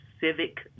civic